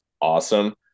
awesome